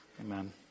Amen